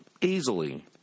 Easily